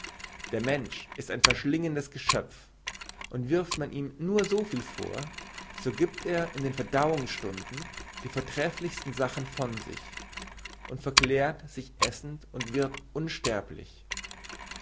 der mensch ist ein verschlingendes geschöpf und wirft man ihm nur viel vor so giebt er in den verdauungsstunden die vortreflichsten sachen von sich und verklärt sich essend und wird unsterblich